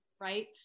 right